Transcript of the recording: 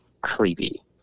creepy